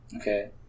Okay